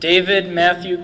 david matthew